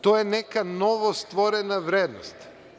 To je neka novostvorena vrednost.